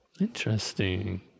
Interesting